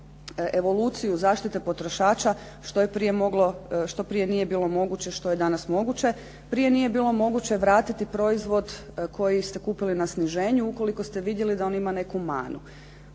evoluciju zaštite potrošača što prije nije bilo moguće a što je danas moguće. Prije nije bilo moguće vratiti proizvod koji ste kupili na sniženju ukoliko ste vidjeli da on ima neku manu.